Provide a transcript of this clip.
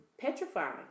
petrifying